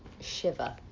shiver